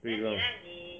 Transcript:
对 loh